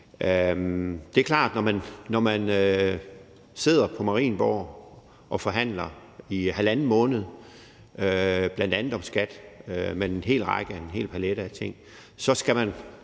Det er klart, når man sidder på Marienborg og forhandler i halvanden måned, bl.a. om skat, med en hel række, en hel palet af ting, så skal man